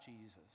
Jesus